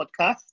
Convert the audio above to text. podcast